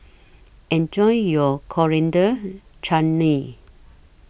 Enjoy your Coriander Chutney